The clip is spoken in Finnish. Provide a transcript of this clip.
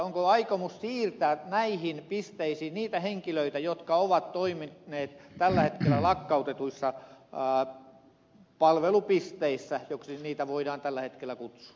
onko aikomus siirtää näihin pisteisiin niitä henkilöitä jotka ovat toimineet tällä hetkellä lakkautetuissa palvelupisteissä joiksi niitä voidaan tällä hetkellä kutsua